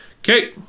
Okay